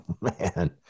Man